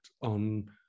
on